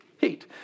Heat